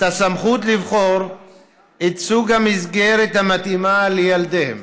הסמכות לבחור את סוג המסגרת המתאימה לידיהם.